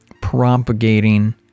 propagating